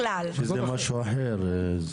שזה משהו אחר.